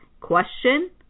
question